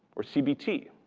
or cbt.